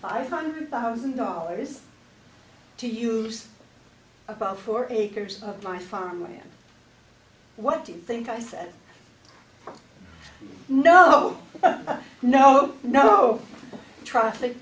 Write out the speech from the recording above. five hundred thousand dollars to use about four acres of my farmland what do you think i said no no no no traffic